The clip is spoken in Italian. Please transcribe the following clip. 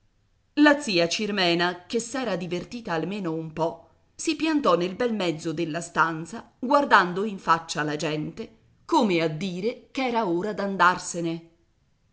la zia cirmena che si era divertita almeno un po si piantò nel bel mezzo della stanza guardando in faccia la gente come a dire ch'era ora d'andarsene